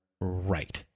Right